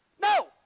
No